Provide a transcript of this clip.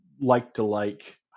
like-to-like